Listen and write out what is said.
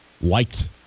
liked